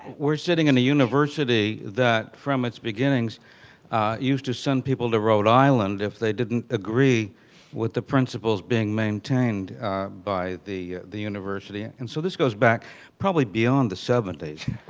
we're sitting in the university that from its beginnings used to send people to rhode island if they didn't agree with the principles being maintained by the the university. and so, this goes back probably beyond the seventy s,